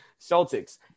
Celtics